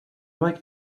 like